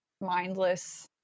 mindless